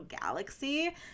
galaxy